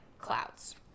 clouds